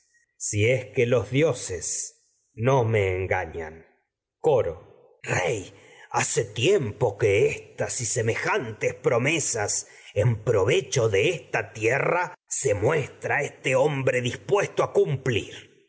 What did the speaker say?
si los dioses no engañan y coro rey hace tiempo que éstas mesas en semejantes pro provecho de esta tierra se muestra a este hom bre dispuesto cumplir